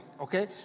okay